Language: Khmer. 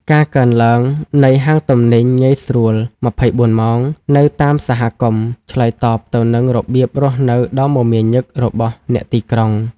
ការកើនឡើងនៃហាងទំនិញងាយស្រួល ២៤ ម៉ោង នៅតាមសហគមន៍ ឆ្លើយតបទៅនឹងរបៀបរស់នៅដ៏មមាញឹករបស់អ្នកទីក្រុង។